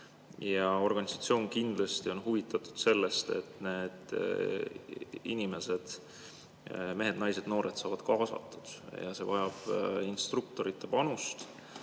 organisatsioon kindlasti on huvitatud sellest, et need inimesed, mehed-naised, noored saavad kaasatud. Aga see vajab instruktorite panust